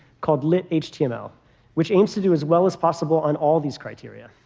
called lit-html, which aims to do as well as possible on all these criteria.